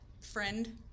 friend